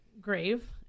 grave